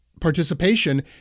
participation